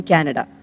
Canada